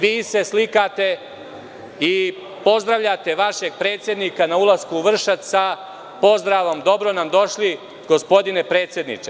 Vi se slikate i pozdravljate vašeg predsednika na ulasku u Vršac sa pozdravom: „Dobro nam došli, gospodine predsedniče!